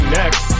next